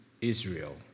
Israel